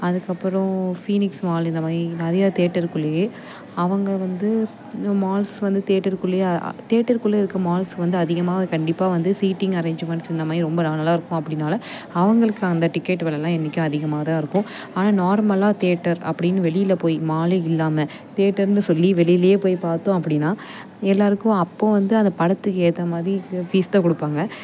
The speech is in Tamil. அதுக்கப்றம் ஃபீனிக்ஸ் மால் இந்தமாதிரி நிறைய தேட்டருக்குள்ளேயே அவங்க வந்து இந்த மால்ஸ் வந்து தேட்டருக்குள்ளேயே தேட்டருக்குள்ளயே இருக்க மால்ஸுக்கு வந்து அதிகமாக கண்டிப்பாக வந்து சீட்டிங் அரேஞ்மெண்ட்ஸ் இந்தமாதிரி ரொம்ப நல்லாயிருக்கும் அப்படினால அவங்களுக்கு அந்த டிக்கெட் வெலைலாம் என்றைக்கும் அதிகமாக தான் இருக்கும் ஆனால் நார்மலாக தேட்டர் அப்படின்னு வெளியில் போய் மாலே இல்லாமல் தேட்டர்னு சொல்லி வெளியிலேயே போய் பார்த்தோம் அப்படின்னா எல்லோருக்கும் அப்போது வந்து அந்த படத்துக்கு ஏற்ற மாதிரி இந்த ஃபீஸ் தான் கொடுப்பாங்க